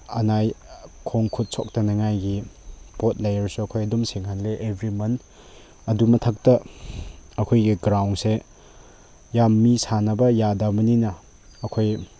ꯑꯅꯥ ꯈꯣꯡ ꯈꯨꯠ ꯁꯣꯛꯇꯅꯉꯥꯏꯒꯤ ꯄꯣꯠ ꯂꯩꯔꯁꯨ ꯑꯩꯈꯣꯏ ꯑꯗꯨꯝ ꯁꯦꯡꯍꯜꯂꯦ ꯑꯦꯕ꯭ꯔꯤ ꯃꯟ ꯑꯗꯨ ꯃꯊꯛꯇ ꯑꯩꯈꯣꯏꯒꯤ ꯒ꯭ꯔꯥꯎꯟꯁꯦ ꯌꯥꯝ ꯃꯤ ꯁꯥꯟꯅꯕ ꯌꯥꯗꯕꯅꯤꯅ ꯑꯩꯈꯣꯏ